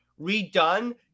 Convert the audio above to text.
redone